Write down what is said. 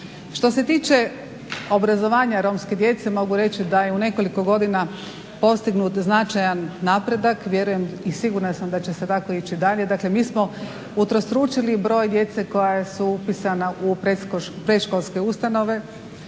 Što se tiče obrazovanja romske djece mogu reći da je u nekoliko godina postignut značajan napredak. Vjerujem i sigurna sam da će se tako ići dalje. Dakle, mi smo utrostručili broj djece koja su upisana u predškolske ustanove,